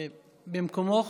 במקומו?